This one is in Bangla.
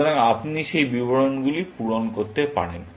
সুতরাং আপনি সেই বিবরণগুলি পূরণ করতে পারেন